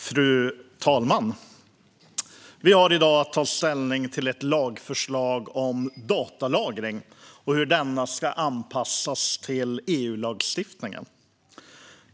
Fru talman! Vi har i dag att ta ställning till ett lagförslag om datalagring och hur denna ska anpassas till EU-lagstiftningen.